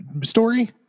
story